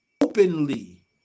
openly